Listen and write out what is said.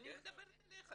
אני מדברת אליך.